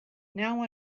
now